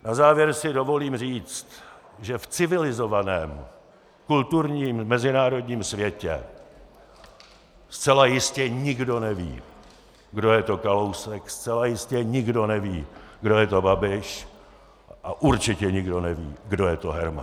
Na závěr si dovolím říct, že v civilizovaném kulturním mezinárodním světě zcela jistě nikdo neví, kdo je to Kalousek, zcela jistě nikdo neví, kdo je to Babiš, a určitě nikdo neví, kdo je to Herman.